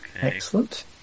Excellent